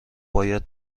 باید